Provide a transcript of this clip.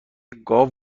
گاو